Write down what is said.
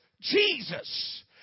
Jesus